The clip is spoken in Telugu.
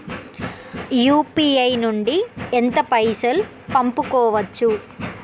యూ.పీ.ఐ నుండి ఎంత పైసల్ పంపుకోవచ్చు?